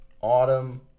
Autumn